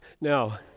Now